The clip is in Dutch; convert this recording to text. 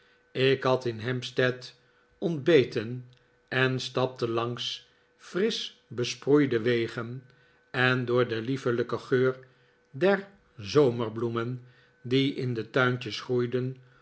ik had in hampstead ontbeten en stapte langs frisch besproeide wegen en door den liefelijken geur der zomerbloemen die in de tuintjes groeiden